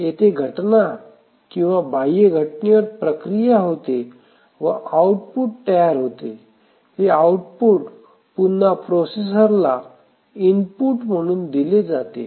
येथे घटना किंवा बाह्य घटनेवर प्रक्रिया होते व आउटपुट तयार होते हे आउटपुट पुन्हा प्रोसेसर ला इनपुट म्हणून दिले जाते